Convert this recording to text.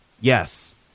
yes